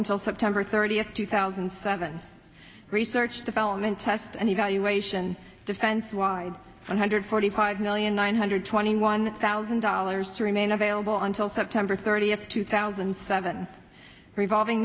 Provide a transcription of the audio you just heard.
until september thirtieth two thousand and seven research development test and evaluation defense wide one hundred forty five million one hundred twenty one thousand dollars to remain available until september thirtieth two thousand and seven revolving